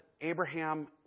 Abraham